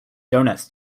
doughnuts